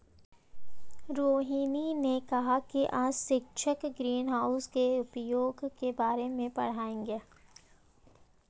रोहिनी ने कहा कि आज शिक्षक ग्रीनहाउस के उपयोग के बारे में पढ़ाएंगे